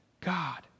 God